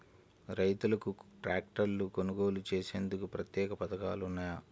రైతులకు ట్రాక్టర్లు కొనుగోలు చేసేందుకు ప్రత్యేక పథకాలు ఉన్నాయా?